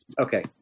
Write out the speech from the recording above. Okay